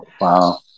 Wow